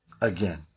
Again